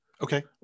Okay